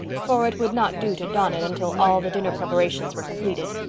for it would not do to don it until all the dinner preparations were completed.